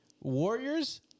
Warriors